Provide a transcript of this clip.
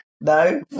No